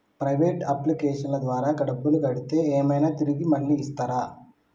Private అప్లికేషన్ల ద్వారా డబ్బులు కడితే ఏమైనా తిరిగి మళ్ళీ ఇస్తరా?